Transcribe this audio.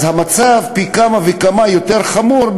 אז בוועדות רפואיות המצב פי כמה וכמה יותר חמור.